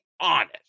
honest